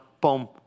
boom